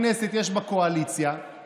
בעיות קואליציוניות לעשות את זה בגדול.